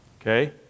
Okay